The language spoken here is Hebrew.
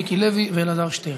מיקי לוי ואלעזר שטרן.